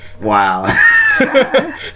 wow